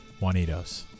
Juanitos